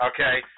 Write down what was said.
Okay